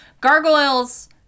gargoyles